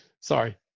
Sorry